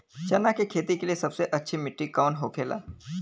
चना की खेती के लिए सबसे अच्छी मिट्टी कौन होखे ला?